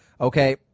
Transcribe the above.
okay